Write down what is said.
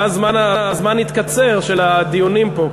ואז יתקצר הזמן של הדיונים פה,